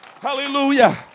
Hallelujah